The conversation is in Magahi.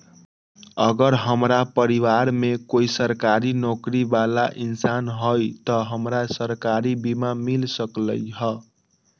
अगर हमरा परिवार में कोई सरकारी नौकरी बाला इंसान हई त हमरा सरकारी बीमा मिल सकलई ह?